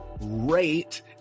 rate